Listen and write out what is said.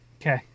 Okay